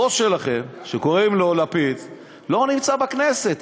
הבוס שלכם שקוראים לו לפיד לא נמצא בכנסת.